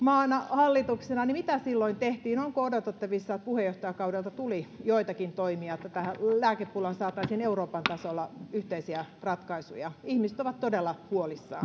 hallituksena niin mitä silloin tehtiin onko odotettavissa että puheenjohtajakaudelta tuli joitakin toimia niin että tähän lääkepulaan saataisiin euroopan tasolla yhteisiä ratkaisuja ihmiset ovat todella huolissaan